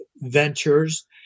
ventures